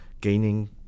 gaining